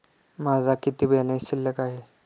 माझा किती बॅलन्स शिल्लक आहे?